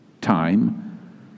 time